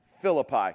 Philippi